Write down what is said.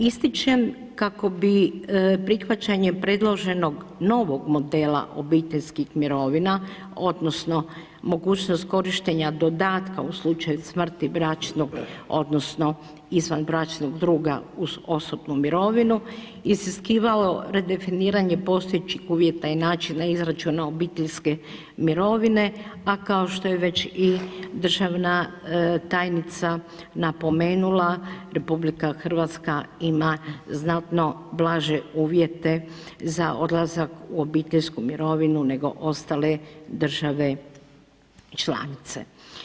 Ističem kako bi prihvaćanje predloženog novog modela obiteljskih mirovina, odnosno mogućnost korištenja dodatka u slučaju smrti bračnog, odnosno izvanbračnog druga uz osobnu mirovinu iziskivalo redefiniranje postojećih uvjeta i načina izračuna obiteljske mirovine, a kao što je već i državna tajnica napomenula, RH ima znatno blaže uvjete za odlazak u obiteljsku mirovinu nego ostale države članice.